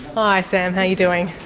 hi sam, how you doing.